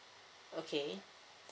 okay